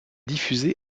diffusés